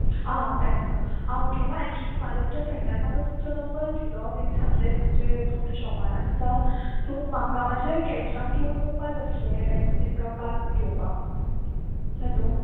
आ पॅट्सप आ ओके ना एक्चुली म्हाज्या एकट्या फ्रेंडान म्हाका तुमचो नंबर दिलो तेणी सांगलें तुमचें तूं तें शॉपार आसता सो म्हाका म्हाज्या कॅट्सांक घेवन येवपा जाय आसलें लायक तेंकां बात घेवपा हॅलो